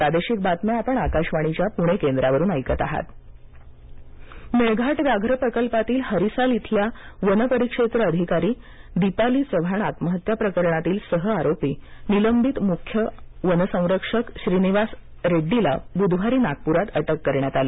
वनाधिकारी अटक मेळघाट व्याघ्र प्रकल्पातील हरीसाल येथील वनपरिक्षेत्र अधिकारी दीपाली चव्हाण आत्महत्या प्रकरणातील सहआरोपी निलंबित मुख्य वनसंरक्षक श्रीनिवास रेड्डीला बुधवारी नागपुरात अटक करण्यात आली